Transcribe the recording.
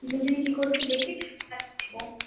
দু দিন কি করছে দেখি